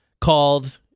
called